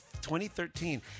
2013